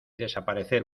desaparecer